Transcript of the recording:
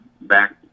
Back